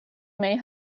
may